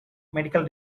medical